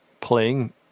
playing